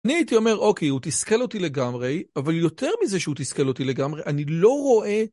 אני הייתי אומר, אוקיי, הוא תסכל אותי לגמרי, אבל יותר מזה שהוא תסכל אותי לגמרי, אני לא רואה...